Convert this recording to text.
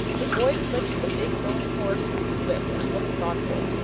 the boy flicked the big, boney horse with his whip and looked thoughtful.